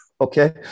Okay